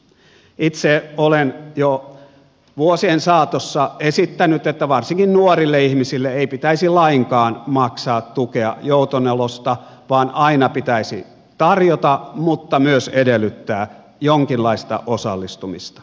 itse olen jo vuosien saatossa esittänyt että varsinkaan nuorille ihmisille ei pitäisi lainkaan maksaa tukea joutenolosta vaan aina pitäisi tarjota mutta myös edellyttää jonkinlaista osallistumista